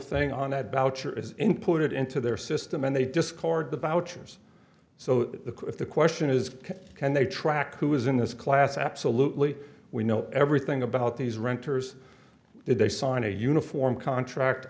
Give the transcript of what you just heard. thing on that boucher is imported into their system and they discard the boucher's so the question is can they track who is in this class absolutely we know everything about these renters if they sign a uniform contract